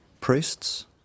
priests